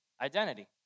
Identity